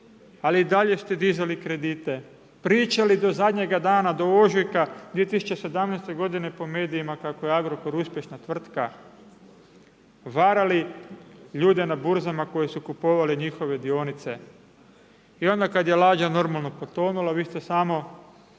ali i dalje ste dizali kredite, pričali do zadnje dana, do ožujka 2017. g. po medijima kako je Agrokor uspješna tvrtka, varali ljude n burzama koji su kupovali njihove dionice i onda kad je lađa normalno potonula, vi ste samo